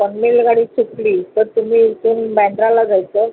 पनवेल गाडी सुटली तर तुम्ही इथून बँड्राला जायचं